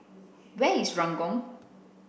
where is Ranggung